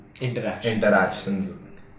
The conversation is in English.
interactions